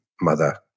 mother